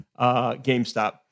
GameStop